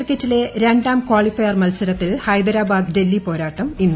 ക്രിക്കറ്റിലെ രാം കാളിഫൈയർ മത്സരത്തിൽ ഹൈദരാബാദ് ഡൽഹി പോരാട്ടം ഇന്ന്